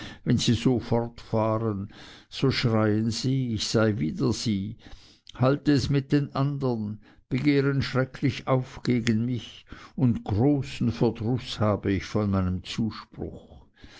wenn sie so fortfahren so schreien sie ich sei wider sie halte es mit den andern begehren schrecklich auf gegen mich und großen verdruß habe ich von meinem zuspruch